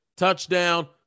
touchdown